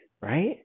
right